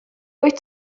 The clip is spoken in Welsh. wyt